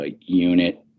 unit